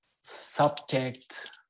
subject